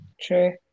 true